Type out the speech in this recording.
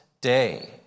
day